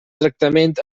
tractament